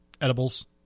edibles